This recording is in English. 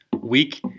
week